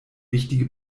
wichtige